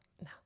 No